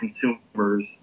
consumers